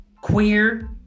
Queer